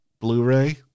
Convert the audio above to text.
Blu-ray